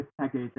package